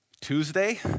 Tuesday